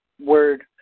word